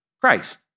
Christ